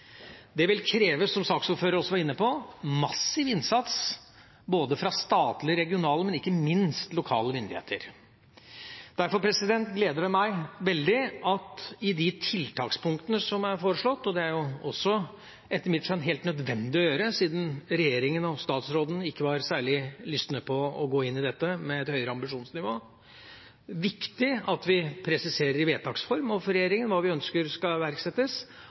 Det vil kreve, som saksordføreren også var inne på, massiv innsats både fra statlige, regionale og ikke minst lokale myndigheter. Derfor gleder det meg veldig at vi i de tiltakspunktene som er foreslått – og det er det jo også etter mitt skjønn helt nødvendig og viktig å gjøre siden regjeringa og statsråden ikke var særlig lystne på å gå inn i dette med et høyere ambisjonsnivå – presiserer i vedtaksform overfor regjeringa hva vi ønsker skal iverksettes.